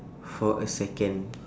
for a second